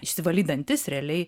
išsivalyti dantis realiai